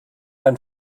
ein